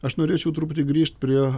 aš norėčiau truputį grįžt prie